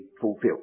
fulfilled